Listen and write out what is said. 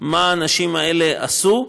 מה שהאנשים האלה עשו,